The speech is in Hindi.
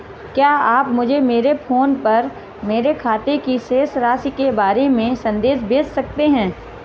क्या आप मुझे मेरे फ़ोन पर मेरे खाते की शेष राशि के बारे में संदेश भेज सकते हैं?